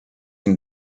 and